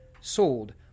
sold